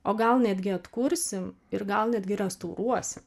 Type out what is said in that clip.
o gal netgi atkursim ir gal netgi restauruosim